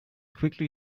quickly